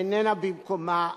איננה במקומה,